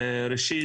ראשית,